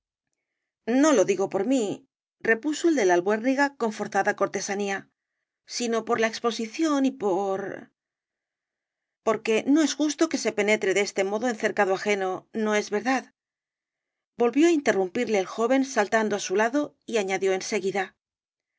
no lo digo por mírepuso el de la albuérniga con forzada cortesanía sino por la exposición y por porque no es justo que se penetre de este modo en cercado ajeno no es verdad volvió á interrumpirle el joven saltando á su lado y añadió